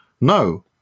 no